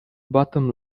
bottom